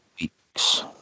weeks